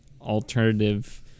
alternative